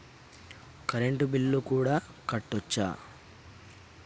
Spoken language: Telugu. కరెంటు బిల్లు కూడా కట్టొచ్చా?